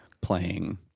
playing